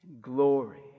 glory